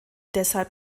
deshalb